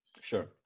sure